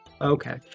Okay